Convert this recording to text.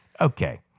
Okay